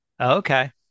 Okay